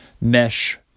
mesh